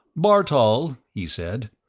bartol, he said,